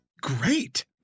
great